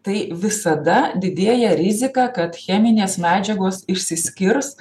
tai visada didėja rizika kad cheminės medžiagos išsiskirs